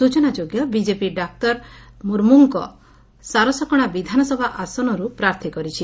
ସ୍ଟଚନାଯୋଗ୍ୟ BJP doctor ମୁର୍ମୁଙ୍କୁ ସାରସକଣା ବିଧାନସଭା ଆସନରୁ ପ୍ରାର୍ଥୀ କରିଛି